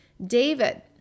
David